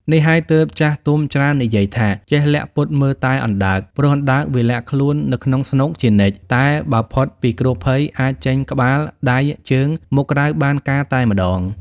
នេះហើយទើបចាស់ទុំច្រើននិយាយថា "ចេះលាក់ពុតមើលតែអណ្ដើក" ព្រោះអណ្ដើកវាលាក់ខ្លួននៅក្នុងស្នូកជានិច្ច តែបើផុតពីគ្រោះភ័យ អាចចេញក្បាល ដៃ ជើង មកក្រៅបានការតែម្តង។